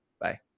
Bye